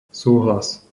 súhlas